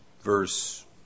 verse